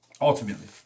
Ultimately